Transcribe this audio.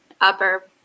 upper